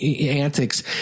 antics